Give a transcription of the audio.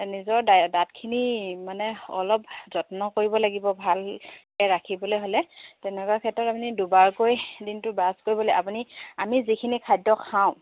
নিজৰ দাঁতখিনি মানে অলপ যত্ন কৰিব লাগিব ভালকৈ ৰাখিবলৈ হ'লে তেনেকুৱা ক্ষেত্ৰত আপুনি দুবাৰকৈ দিনটো বাছ কৰিবলৈ আপুনি আমি যিখিনি খাদ্য খাওঁ